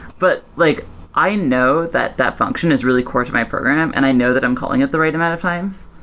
but like i know that that function is really core to my program and i know that i'm calling it the right amount of time,